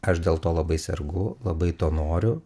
aš dėl to labai sergu labai to noriu